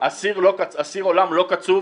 -- אסיר עולם לא קצוב,